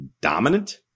dominant